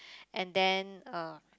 and then uh